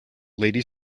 lady